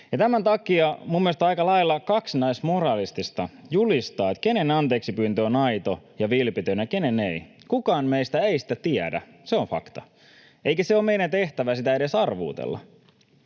Tämän takia minun mielestäni on aika lailla kaksinaismoralistista julistaa, kenen anteeksipyyntö on aito ja vilpitön ja kenen ei. Kukaan meistä ei sitä tiedä, se on fakta, eikä ole meidän tehtävämme sitä edes arvuutella.